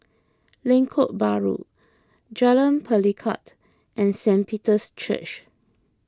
Lengkok Bahru Jalan Pelikat and Saint Peter's Church